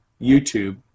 YouTube